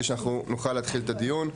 כדי שאנחנו נוכל להתחיל את הדיון.